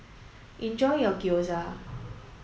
enjoy your Gyoza